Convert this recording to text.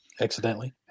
accidentally